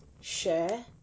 share